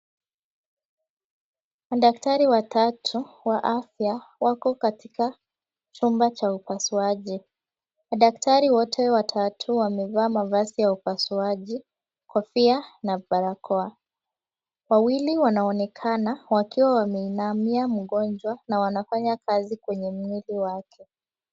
Madaktari watatu wa afya wako katika chumba cha upasuaji, madaktari wote watatu wamevaa mavazi ya upasuaji, kofia na barakoa wawili wanaonekana wakiwa wamemwinamia mgonjwa na wanafanya kazi kwenye mwili wake.